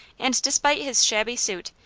and despite his shabby suit,